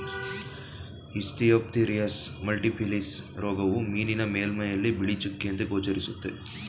Ichthyophthirius multifiliis ರೋಗವು ಮೀನಿನ ಮೇಲ್ಮೈಯಲ್ಲಿ ಬಿಳಿ ಚುಕ್ಕೆಯಂತೆ ಗೋಚರಿಸುತ್ತೆ